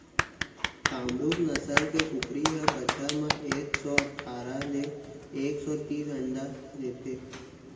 कामरूप नसल के कुकरी ह बछर म एक सौ अठारा ले एक सौ तीस अंडा देथे